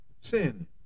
Sin